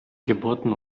geburten